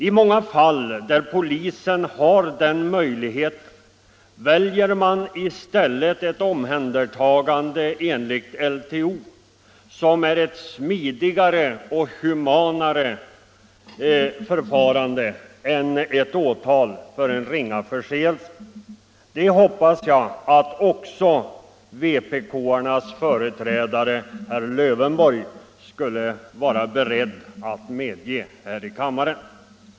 I många fall där polisen har den möjligheten väljer man i stället ett omhändertagande enligt LTO, som är ett smidigare och humanare förfarande än åtal för en ringa förseelse. Det hoppas jag att också vpk:arnas företrädare herr Lövenborg skall vara beredd att medge här i kammaren.